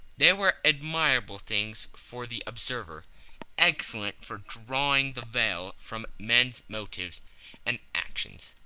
they were admirable things for the observer excellent for drawing the veil from men's motives and actions.